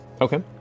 Okay